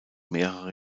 mehrere